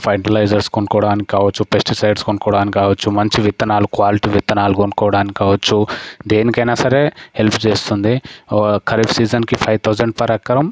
fertilisers కొనుక్కోడానికి కావచ్చు pesticides కొనుక్కోడానికి కావచ్చు మంచి విత్తనాలు క్వాలిటీ విత్తనాలు కొనుక్కోవడానికి కావచ్చు దేనికైనా సరే హెల్ప్ చేస్తుంది ఖరీఫ్ సీజన్కి ఫైవ్ థౌసండ్ పర్ ఎకరం